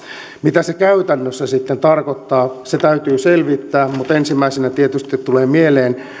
mitä se käytännössä sitten tarkoittaa se täytyy selvittää mutta ensimmäisenä tietysti tulee mieleen